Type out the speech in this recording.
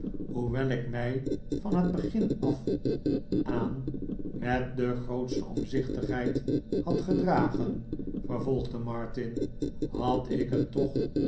hoewel ik mij van het begin af aan met de grootste omzichtigheid had gedragen vervolgde martin had ik het toch